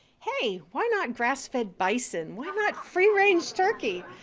hey, why not grass-fed bison? why not free-range turkey?